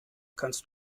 kannst